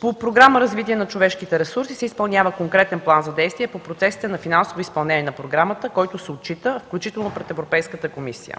По Програма „Развитие на човешките ресурси” се изпълнява конкретен план за действие по процесите на финансово изпълнение на програмата, който се отчита, включително пред Европейската комисия.